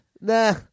nah